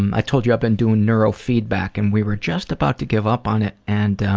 i told you i've been doing neuro-feedback. and we were just about to give up on it. and